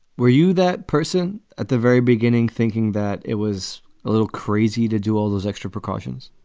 were you that person at the very beginning thinking that it was a little crazy to do all those extra precautions?